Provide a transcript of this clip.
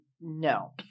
No